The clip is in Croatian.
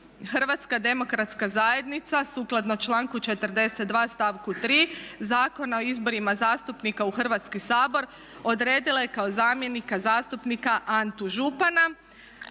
Hrvatska demokratska zajednica sukladno članku 42. stavku 3. Zakona o izborima zastupnika u Hrvatski sabor odredila je kao zamjenika zastupnika Antu Župana.